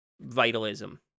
vitalism